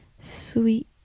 sweet